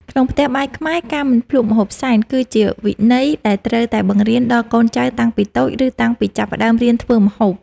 ក្នុងផ្ទះបាយខ្មែរការមិនភ្លក្សម្ហូបសែន គឺជាវិន័យដែលត្រូវតែបង្រៀនដល់កូនចៅតាំងពីតូច ឬតាំងពីចាប់ផ្តើមរៀនធ្វើម្ហូប។